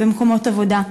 במקומות עבודה,